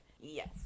yes